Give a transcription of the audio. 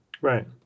Right